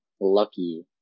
lucky